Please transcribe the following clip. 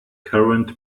current